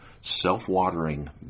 self-watering